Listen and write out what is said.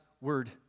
Word